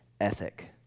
ethic